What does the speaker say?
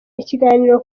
ikiganiro